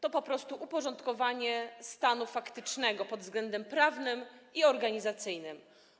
To po prostu uporządkowanie stanu faktycznego pod względem prawnym i organizacyjnym.